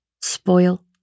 spoil